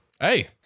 Hey